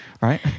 Right